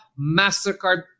MasterCard